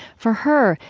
for her,